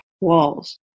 walls